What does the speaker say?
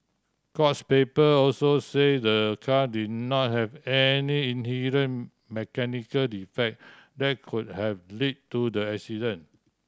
courts paper also say the car did not have any inherent mechanical defect that could have led to the accident